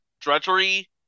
drudgery